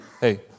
Hey